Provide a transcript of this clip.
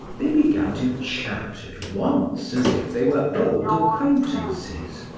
they began to chat at once as if they were old acquaintances,